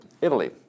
Italy